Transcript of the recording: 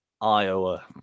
Iowa